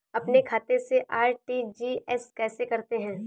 अपने खाते से आर.टी.जी.एस कैसे करते हैं?